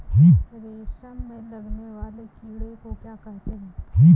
रेशम में लगने वाले कीड़े को क्या कहते हैं?